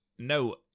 No